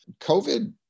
COVID